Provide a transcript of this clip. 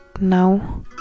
now